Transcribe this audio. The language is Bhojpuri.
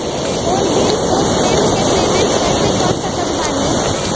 फोन बिल पोस्टपेड के पेमेंट कैसे कर सकत बानी?